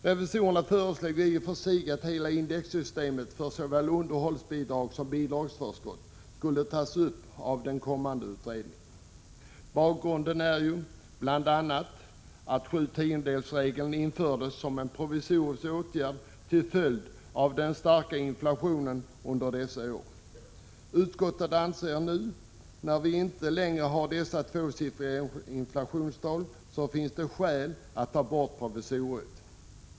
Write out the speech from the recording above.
Revisorerna föreslår i och för sig att hela indexsystemet för såväl underhållsbidrag som bidragsförskott skall tas upp till behandling av den kommande utredningen. Bakgrunden är bl.a. att 7/10-regeln infördes som en provisorisk åtgärd till följd av den starka inflationen under dessa år. Utskottet anser att det nu, när vi inte längre har dessa tvåsiffriga inflationstal, finns skäl att ta bort provisoriet.